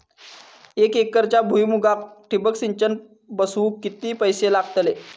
एक एकरच्या भुईमुगाक ठिबक सिंचन बसवूक किती पैशे लागतले?